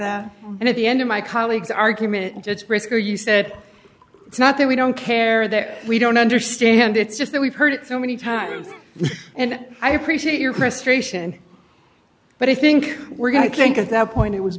that and at the end of my colleagues argument it's brisker you said it's not that we don't care that we don't understand it's just that we've heard it so many times and i appreciate your crest ration but i think we're going to drink at that point it was